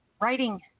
writing